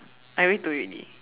I already told you already